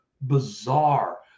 bizarre